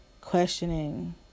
questioning